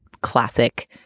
classic